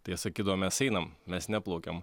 tiesa kito mes einam mes neplaukiam